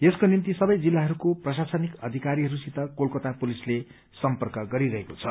यसको निम्ति सबै जिल्लाहरूको प्रशासनिक अधिकारीहरूसित कलकता पुलिसले सम्पर्क गरिरहेको छ